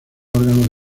órgano